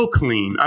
clean